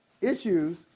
issues